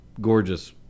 gorgeous